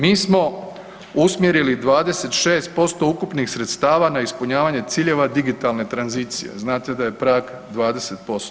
Mi smo usmjerili 26% ukupnih sredstava na ispunjavanje ciljeva digitalne tranzicije, znate da je prag 20%